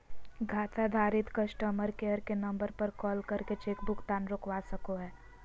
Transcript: खाताधारक customer care के number पर कॉल करके चेक भुगतान रोकवा सको हय